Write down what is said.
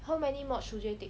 how many mods sujay take